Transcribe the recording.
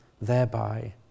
thereby